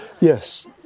Yes